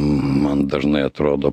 man dažnai atrodo